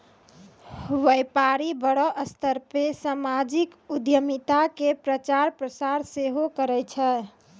व्यपारी बड़ो स्तर पे समाजिक उद्यमिता के प्रचार प्रसार सेहो करै छै